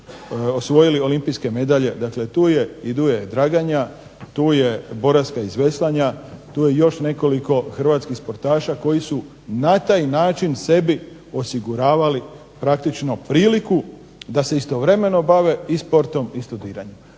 osvojili olimpijske medalje, dakle tu je i Duje Draganja, tu je Boraska iz veslanja, tu je još nekoliko hrvatskih sportaša koji su na taj način sebi osiguravali praktično priliku da se istovremeno bave i sportom i studiranjem.